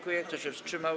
Kto się wstrzymał?